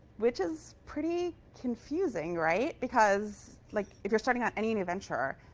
which is pretty confusing, right? because like if you're starting on any new venture,